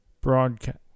broadcast